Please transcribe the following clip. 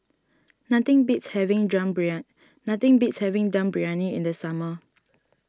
nothing beats having Dum nothing beats having Dum Briyani in the summer